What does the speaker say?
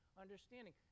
understanding